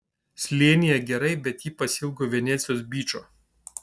slėnyje gerai bet ji pasiilgo venecijos byčo